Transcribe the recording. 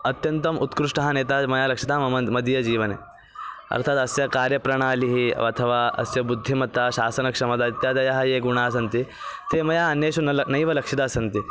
अत्यन्तम् उत्कृष्टः नेता मया लक्षिता मम मदीयजीवने अर्थात् अस्य कार्यप्रणालिः अथवा अस्य बुद्धिमत्ता शासनक्षमता इत्यादयाः ये गुणाः सन्ति ते मया अन्येषु न ल नैव लक्षिताः सन्ति